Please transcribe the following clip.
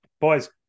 Boys